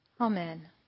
Amen